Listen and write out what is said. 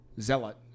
Zealot